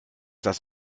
das